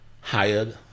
hired